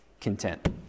content